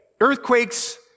earthquakes